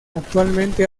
actualmente